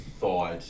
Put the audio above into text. thought